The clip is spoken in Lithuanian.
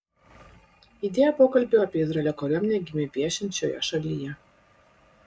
idėja pokalbiui apie izraelio kariuomenę gimė viešint šioje šalyje